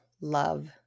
love